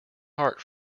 heart